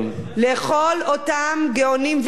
לכל אותם גאונים ועילויים,